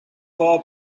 for